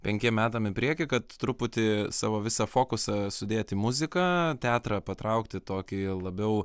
penkiem metam į priekį kad truputį savo visą fokusą sudėt į muziką teatrą patraukti tokį labiau